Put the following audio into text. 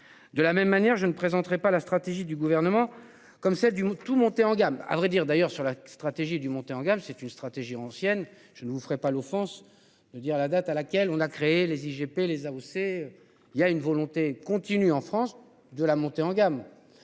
De la même manière je ne présenterai pas la stratégie du gouvernement comme celle du monde tout monter en gamme à vrai dire d'ailleurs sur la stratégie du monter en gamme, c'est une stratégie ancienne je ne vous ferai pas l'offense de dire la date à laquelle on a créé les IGP les AOC, il y a une volonté continue en France de la montée en gamme